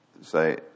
say